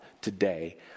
today